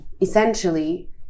essentially